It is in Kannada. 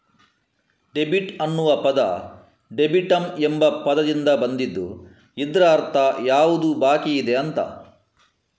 ಡೆಬಿಟ್ ಅನ್ನುವ ಪದ ಡೆಬಿಟಮ್ ಎಂಬ ಪದದಿಂದ ಬಂದಿದ್ದು ಇದ್ರ ಅರ್ಥ ಯಾವುದು ಬಾಕಿಯಿದೆ ಅಂತ